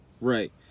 Right